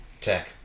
Tech